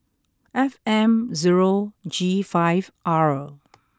F M zero G five R